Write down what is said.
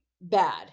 bad